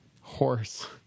Horse